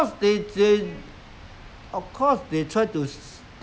later part you want to control them back is not so simple already